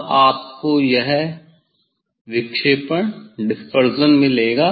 अब आपको यह विक्षेपण मिलेगा